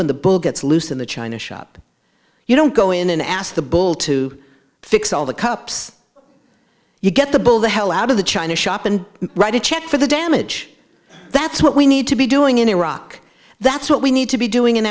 when the bull gets loose in the china shop you don't go in and ask the bull to fix all the cups you get the bull the hell out of the china shop and write a check for the damage that's what we need to be doing in iraq that's what we need to be doing in